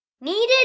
Needed